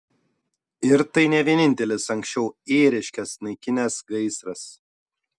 ir tai ne vienintelis anksčiau ėriškes naikinęs gaisras